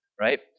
right